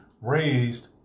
raised